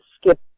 Skip